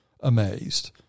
amazed